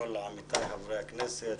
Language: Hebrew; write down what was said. את כל עמיתיי חברי הכנסת,